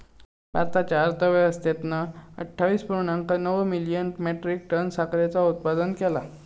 भारताच्या अर्थव्यवस्थेन अट्ठावीस पुर्णांक नऊ मिलियन मेट्रीक टन साखरेचा उत्पादन केला